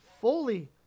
fully